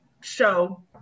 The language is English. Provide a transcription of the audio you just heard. show